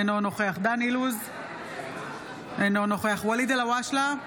אינו נוכח דן אילוז, אינו נוכח ואליד אלהואשלה,